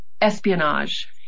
espionage